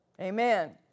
Amen